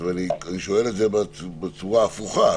אני שואל את זה בצורה ההפוכה,